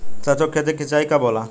सरसों की खेती के सिंचाई कब होला?